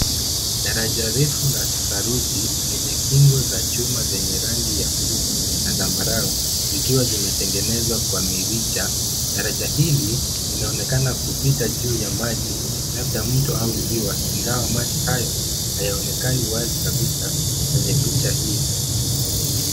Daraja refu la saruji lenye kingo za chuma zenye rangi ya buluu na zambarau zikiwa zimetengenezwa kwa mirija. Daraja hili linaonekana kupita juu ya maji labda mto au ziwa ingawa maji hayo hayaonekani wazi kabisa kwenye picha hii.